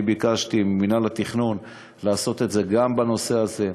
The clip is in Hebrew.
אני ביקשתי ממינהל התכנון לעשות את זה גם בנושא הזה,